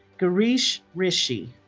gireesh rishi